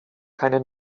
keine